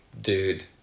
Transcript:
dude